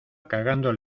cagando